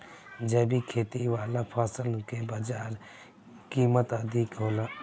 जैविक खेती वाला फसल के बाजार कीमत अधिक होला